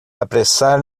apressar